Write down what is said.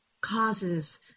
Causes